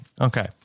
Okay